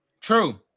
True